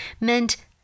meant